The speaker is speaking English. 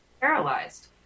Paralyzed